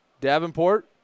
Davenport